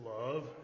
love